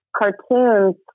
cartoons